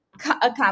Accomplish